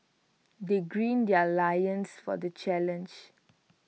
they gird their loins for the challenge